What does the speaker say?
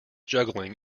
juggling